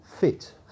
fit